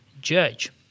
judge